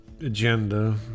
agenda